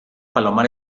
palomar